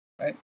Right